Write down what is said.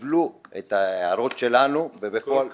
לנו היה טריוויאלי שאנחנו מביאים אומדן